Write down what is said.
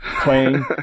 playing